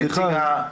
סליחה,